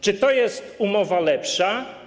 Czy to jest umowa lepsza?